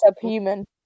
subhuman